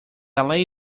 alley